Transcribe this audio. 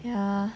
ya